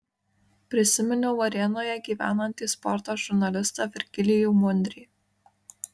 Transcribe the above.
prisiminiau varėnoje gyvenantį sporto žurnalistą virgilijų mundrį